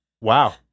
Wow